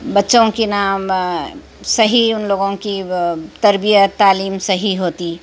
بچّوں کی نہ صحیح اُن لوگوں کی تربیت تعلیم صحیح ہوتی